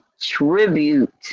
tribute